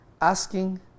Asking